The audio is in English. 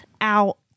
out